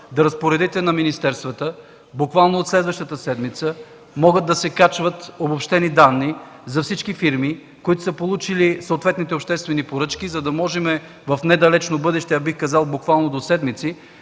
да разпоредите на министерствата буквално от следващата седмица да могат да се качват обобщени данни за всички фирми, които са получили съответните обществени поръчки, за да можем в недалечно бъдеще, бих казал до седмици,